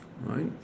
Right